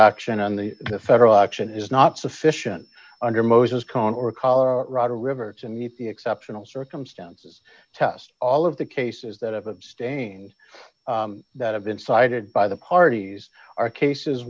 action on the federal election is not sufficient under moses cone or colorado river to meet the exceptional circumstances test all of the cases that have abstained that have been cited by the parties are cases